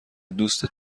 دوست